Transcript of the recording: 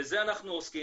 בזה אנחנו עוסקים,